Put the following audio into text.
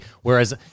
Whereas